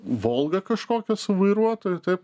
volgą kažkokią su vairuotoju taip